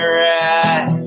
right